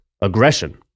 aggression